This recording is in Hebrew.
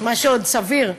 מה שעוד סביר.